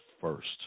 first